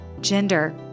Gender